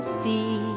see